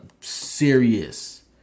serious